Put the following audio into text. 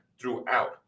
throughout